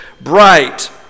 bright